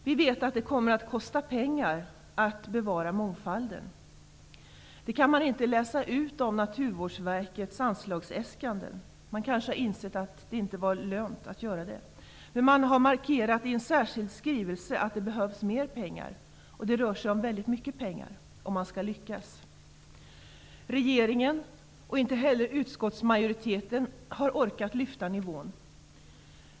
Vi vet att det kommer att kosta pengar att bevara mångfalden. Det kan man inte läsa ut av Naturvårdsverkets anslagsäskanden. Man kanske har insett att det inte är lönt. Men man markerar i en särskild skrivelse att det behövs mer pengar -- det rör sig om mycket pengar om man skall lyckas. Varken regeringen eller utskottsmajoriteten har orkat lyfta nivån.